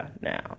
now